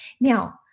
Now